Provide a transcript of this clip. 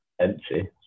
empty